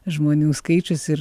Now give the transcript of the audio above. žmonių skaičius ir